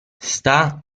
sta